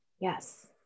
Yes